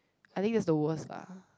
I think that's the worst lah